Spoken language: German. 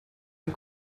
ein